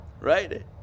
Right